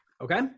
Okay